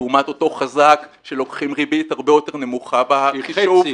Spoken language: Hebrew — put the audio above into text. לעומת אותו חזק שלוקחים ריבית הרבה יותר נמוכה בחישוב -- שהיא חצי.